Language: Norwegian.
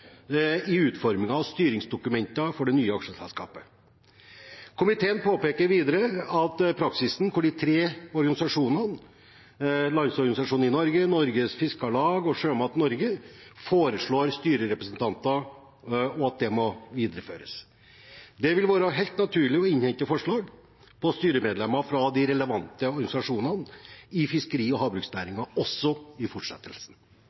i utformingen av styringsdokumenter for det nye aksjeselskapet. Komiteen påpeker videre at praksisen med at de tre organisasjonene Landsorganisasjonen i Norge, Norges Fiskarlag og Sjømat Norge foreslår styrerepresentanter, må videreføres. Det vil være helt naturlig å innhente forslag til styremedlemmer fra de relevante organisasjonene i fiskeri- og havbruksnæringen, også i fortsettelsen.